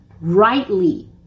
rightly